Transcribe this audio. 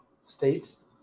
states